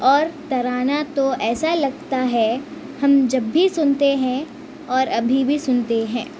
اور ترانہ تو ایسا لگتا ہے ہم جب بھی سنتے ہیں اور ابھی بھی سنتے ہیں